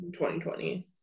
2020